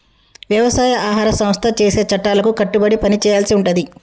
వ్యవసాయ ఆహార సంస్థ చేసే చట్టాలకు కట్టుబడి పని చేయాల్సి ఉంటది